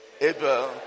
Abel